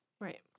Right